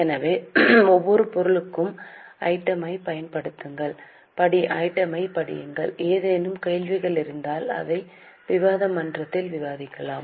எனவே ஒவ்வொரு பொருளுக்கும் ஐட்டம் யைப் படியுங்கள் ஏதேனும் கேள்விகள் இருந்தால் அதை விவாத மன்றத்தில் விவாதிக்கலாம்